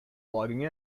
logging